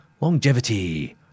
Longevity